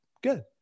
good